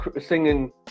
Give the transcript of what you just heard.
singing